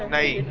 ah a